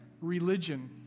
religion